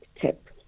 tip